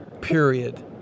period